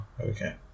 Okay